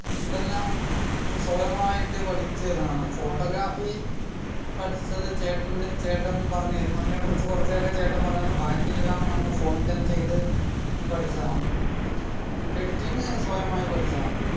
ഇതെല്ലം സ്വയമായിട്ട് പഠിച്ചിരുന്നതാണ് ഫോട്ടോഗ്രാഫി പഠിച്ചത് ചേട്ടൻ്റെ ചേട്ടൻ പറഞ്ഞുതരും അതിനെക്കുറിച്ച് കുറച്ച് ചേട്ടൻ പറഞ്ഞു തരും ബാക്കി എല്ലാം നമ്മൾ ഫോണിൽത്തന്നെ ചെയ്ത് പഠിച്ചതാണ് എഡിറ്റിംഗ് സ്വയമായി പഠിച്ചതാണ്